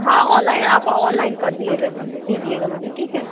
हाँ ऑनलाइन आप ऑनलाइन कर दिए कर दीजिएगा मुझे ठीक हैं